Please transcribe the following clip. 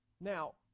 Now